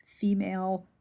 female